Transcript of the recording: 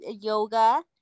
yoga